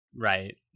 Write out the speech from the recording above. Right